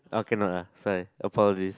oh cannot ah sorry apologises